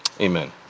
amen